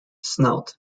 snout